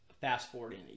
fast-forwarding